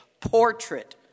portrait